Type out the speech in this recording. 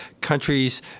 countries